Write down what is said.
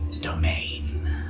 domain